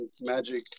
magic